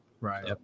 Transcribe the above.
Right